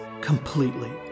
completely